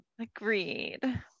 Agreed